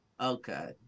Okay